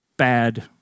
bad